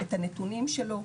את הנתונים שלו,